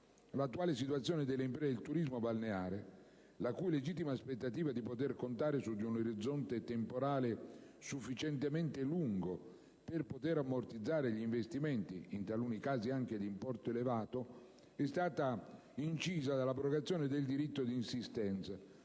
L'attuale situazione delle imprese del turismo balneare, la cui legittima aspettativa è di poter contare su di un orizzonte temporale sufficientemente lungo per poter ammortizzare gli investimenti, in taluni casi anche di importo elevato, è stata incisa dall'abrogazione del diritto di insistenza,